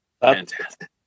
Fantastic